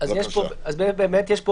יש פה